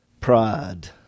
Pride